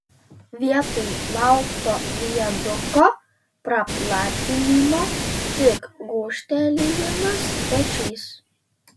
vietoj laukto viaduko praplatinimo tik gūžtelėjimas pečiais